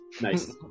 Nice